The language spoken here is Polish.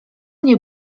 nie